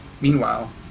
Meanwhile